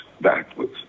backwards